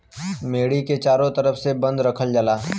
मेड़ी के चारों तरफ से बंद रखल जाला